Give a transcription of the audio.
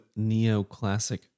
neoclassic